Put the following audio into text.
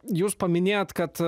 jūs paminėjot kad